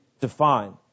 define